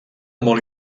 molt